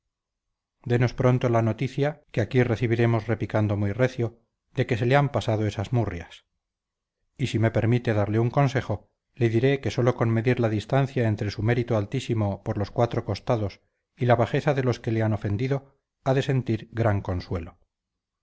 denos pronto la noticia que aquí recibiremos repicando muy recio de que se le han pasado esas murrias y si me permite darle un consejo le diré que sólo con medir la distancia entre su mérito altísimo por los cuatro costados y la bajeza de los que le han ofendido ha de sentir gran consuelo